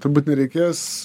turbūt nereikės